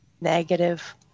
negative